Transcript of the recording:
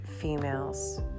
females